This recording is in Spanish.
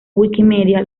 wikimedia